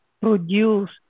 produce